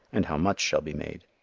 and how much shall be made.